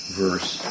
verse